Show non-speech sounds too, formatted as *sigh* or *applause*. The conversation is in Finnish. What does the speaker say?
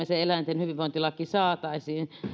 *unintelligible* se eläinten hyvinvointilaki saataisiin